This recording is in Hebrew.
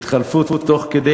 התחלפו תוך כדי,